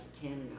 Canada